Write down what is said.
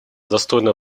достойная